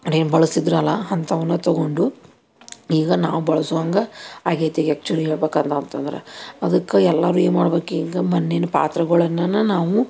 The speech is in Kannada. ಅವ್ರೇನು ಬಳಸ್ತಿದ್ರಲ್ಲ ಅಂಥವನ್ನು ತಗೊಂಡು ಈಗ ನಾವು ಬಳಸುವಂಗೆ ಆಗೈತೀಗ ಆ್ಯಕ್ಚುಲಿ ಹೇಳ್ಬೇಕಂತ ಅಂತಂದ್ರೆ ಅದಕ್ಕೆ ಎಲ್ಲರೂ ಏನ್ಮಾಡ್ಬೇಕು ಈಗ ಮಣ್ಣಿನ ಪಾತ್ರೆಗಳನ್ನು ನಾವು